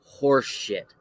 horseshit